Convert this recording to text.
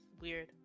weird